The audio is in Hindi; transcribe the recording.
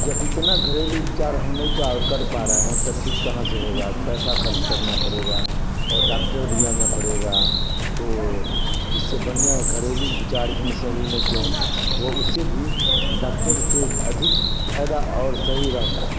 जब इतना घरेलू उपचार हम नहीं कहा कर पा रहे हैं तो ठीक कहाँ से होगा पैसा खर्च करना पड़ेगा और डॉक्टर बुलाना पड़ेगा तो इससे बढिया है घरेलू उपचार ही सही ना क्यों वो उससे भी डॉक्टर से अधिक फ़ायदा और सही रहता है